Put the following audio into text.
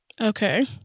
Okay